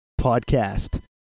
podcast